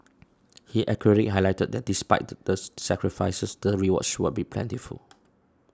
he accurately highlighted that despite the sacrifices the rewards should I be plentiful